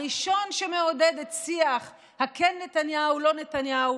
הראשון שמעודד את השיח של "כן נתניהו, לא נתניהו"